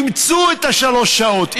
אימצו את השלוש שעות,